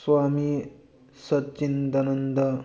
swami ꯁꯠꯆꯤꯟꯗꯅꯟꯗ